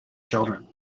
children